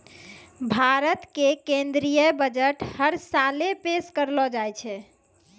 भारत के केन्द्रीय बजट हर साले पेश करलो जाय छै